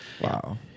Wow